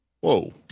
Whoa